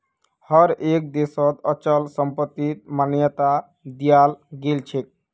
हर एक देशत अचल संपत्तिक मान्यता दियाल गेलछेक